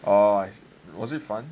orh I see was it fun